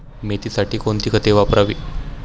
मेथीसाठी कोणती खते वापरावी?